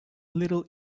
little